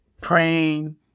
praying